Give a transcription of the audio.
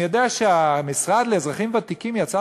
אני יודע שהמשרד לאזרחים ותיקים יצא